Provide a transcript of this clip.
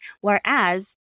Whereas